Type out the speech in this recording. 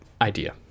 idea